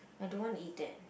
I don't want eat that